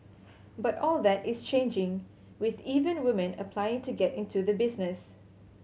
but all that is changing with even women applying to get into the business